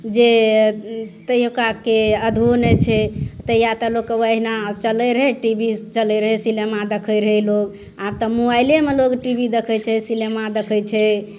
जे तहिऔकाके आधो नहि छै तहिआ तऽ लोगके अहिना चलय रहय टी वी चलय रहय सिनेमा देखय रहय लोग आओर तब मोबाइलेमे लोग टी वी देखय छै सिनेमा देखय छै